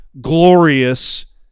glorious